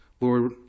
Lord